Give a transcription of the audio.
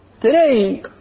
Today